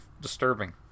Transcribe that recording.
disturbing